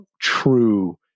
true